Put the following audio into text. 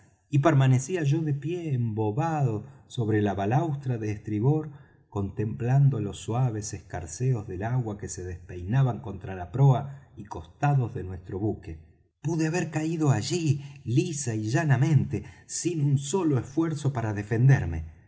y permanecía yo de pie embobado sobre la balaustra de estribor contemplando los suaves escarceos del agua que se despeinaban contra la proa y costados de nuestro buque pude haber caído allí lisa y llanamente sin un solo esfuerzo para defenderme